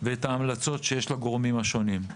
ואת ההמלצות שיש לגורמים השונים.